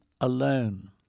alone